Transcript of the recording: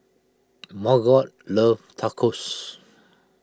Margot loves Tacos